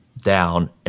down